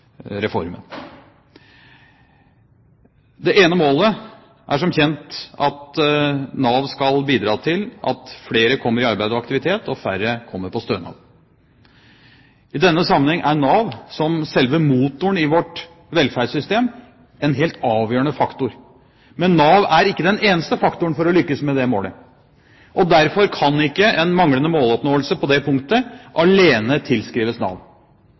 reformen. Det ene målet er som kjent at Nav skal bidra til at flere kommer i arbeid og aktivitet, og at færre kommer på stønad. I denne sammenheng er Nav, som selve motoren i vårt velferdssystem, en helt avgjørende faktor. Men Nav er ikke den eneste faktoren for å lykkes med å nå det målet. Derfor kan ikke en manglende måloppnåelse på det punktet alene tilskrives Nav.